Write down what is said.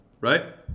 right